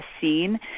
scene